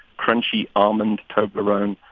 crunchy almond toblerone,